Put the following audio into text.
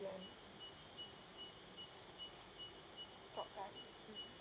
plan talk time